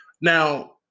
Now